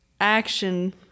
action